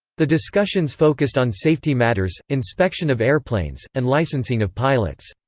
the discussions focused on safety matters, inspection of airplanes, and licensing of pilots.